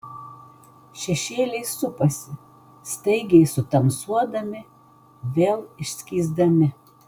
šešėliai supasi staigiai sutamsuodami vėl išskysdami